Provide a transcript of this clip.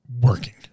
working